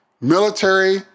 military